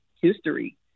history